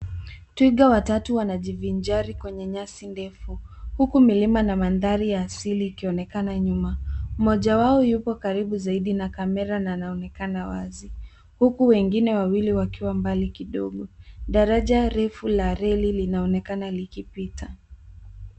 Twiga watatu wanajivinjari kwenye nyasi ndefu huku milima na mandhari ya asili ikionekana nyuma. Mmoja wao yupo karibu zaidi na kamera na anaonekana wazi huku wengine wawili wakiwa mbali kidogo. Daraja refu la reli linaonekana likipita.